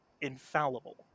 infallible